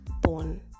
born